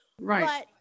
right